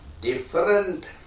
different